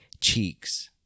cheeks